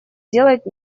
делать